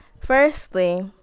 Firstly